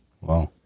Wow